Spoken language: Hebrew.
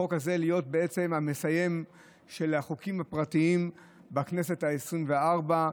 להיות המסיים של החוקים הפרטיים בכנסת העשרים-וארבע,